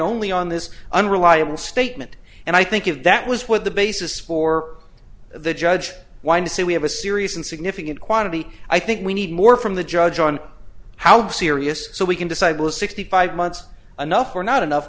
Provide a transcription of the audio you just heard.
only on this unreliable statement and i think if that was what the basis for the judge why do we have a serious and significant quantity i think we need more from the judge on how serious so we can decide will sixty five months anough or not enough